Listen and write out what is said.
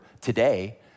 today